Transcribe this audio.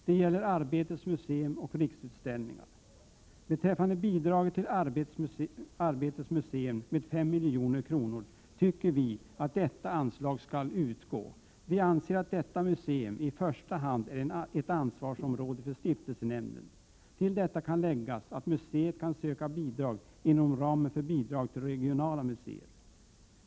Det gäller Arbetets museum och Riksutställningar. Bidraget till Arbetets museum om 5 milj.kr. tycker vi skall slopas. Vi anser att detta museum i första hand är ett ansvarsområde för stiftelsenämnden. Till detta kan läggas att museet kan söka ekonomiskt stöd inom ramen för bidrag till regionala museer.